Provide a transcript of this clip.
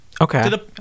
Okay